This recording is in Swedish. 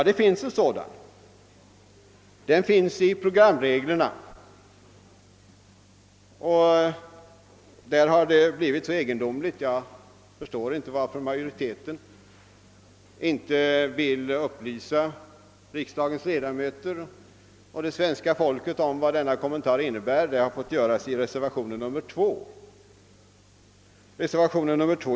Det finns en sådan i programreglerna, men egendomligt nog vill inte utskottsmajoriteten upplysa riksdagens ledamöter och det svenska folket om vad denna kommentar innebär. Det har i stället fått ske i reservationen 2.